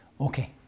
Okay